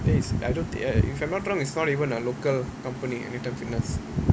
there is I don't think uh if I'm not wrong it's not even a local company Anytime Fitness